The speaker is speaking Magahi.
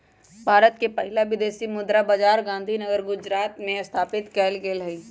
भारत के पहिला विदेशी मुद्रा बाजार गांधीनगर गुजरात में स्थापित कएल गेल हइ